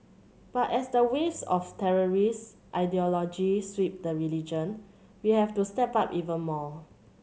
but as the waves of terrorist ideology sweep the religion we have to step up even more